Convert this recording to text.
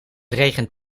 regent